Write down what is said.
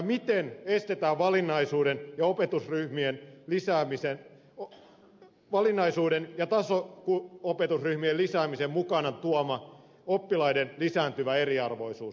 miten estetään valinnaisuuden ja taso opetusryhmien lisäämisen mukanaan tuoma oppilaiden lisääntyvä eriarvoisuus